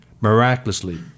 Miraculously